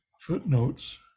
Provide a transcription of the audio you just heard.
footnotes